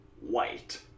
White